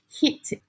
hit